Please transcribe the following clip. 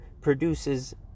produces